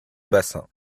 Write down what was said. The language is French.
bassin